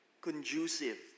conducive